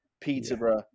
Peterborough